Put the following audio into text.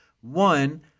One